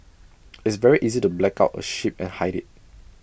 it's very easy to black out A ship and hide IT